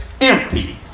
empty